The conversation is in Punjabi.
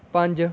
ਪੰਜ